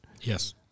Yes